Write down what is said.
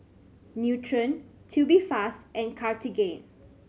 Nutren Tubifast and Cartigain